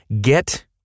get